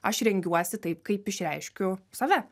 aš rengiuosi taip kaip išreiškiu save